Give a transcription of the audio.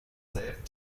selben